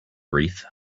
wreath